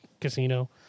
Casino